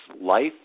life